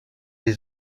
des